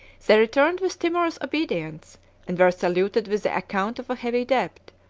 they returned with timorous obedience and were saluted with the account of a heavy debt,